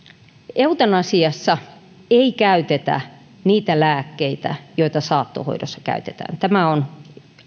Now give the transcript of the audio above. eutanasiassa ei käytetä niitä lääkkeitä joita saattohoidossa käytetään tämä on